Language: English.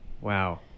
Wow